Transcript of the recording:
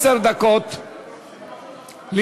של